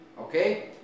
okay